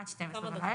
עד 00:00 בלילה.